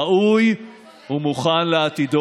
ראוי ומוכן לעתידו.